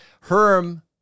Herm